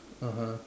(uh huh)